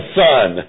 son